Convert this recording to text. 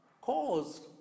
caused